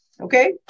Okay